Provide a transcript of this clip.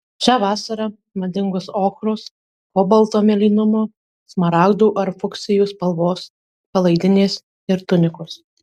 šią vasarą madingos ochros kobalto mėlynumo smaragdų ar fuksijų spalvos palaidinės ir tunikos